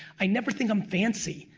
i never think, i'm fancy.